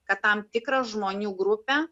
kad tam tikrą žmonių grupę